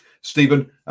Stephen